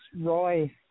Roy